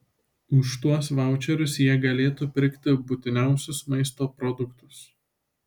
už tuos vaučerius jie galėtų pirkti būtiniausius maisto produktus